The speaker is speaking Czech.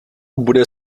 bude